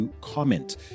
comment